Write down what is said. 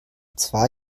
zwei